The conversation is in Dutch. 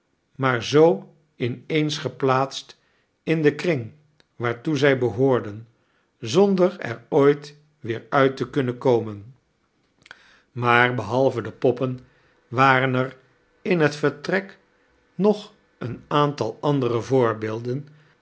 maar zoo in eens geplaatst in den kring waartoe zij behoorden zonder er ooit weer uit te kuinnen komen maar behalve de poppen waren er in het vertrek nog een aantal andere voorbeelden